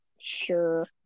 Sure